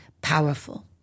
powerful